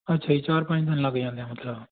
ਅੱਛਾ ਜੀ ਚਾਰ ਪੰਜ ਦਿਨ ਲੱਗ ਜਾਂਦੇ ਆ ਮਤਲਬ ਹਾਂ